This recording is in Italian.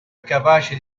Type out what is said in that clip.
capace